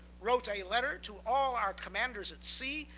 wrote a letter to all our commanders at sea,